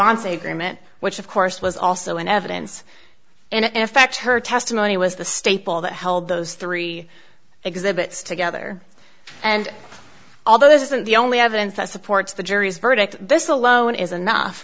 say grimmett which of course was also in evidence and in fact her testimony was the staple that held those three exhibits together and although this isn't the only evidence that supports the jury's verdict this alone is enough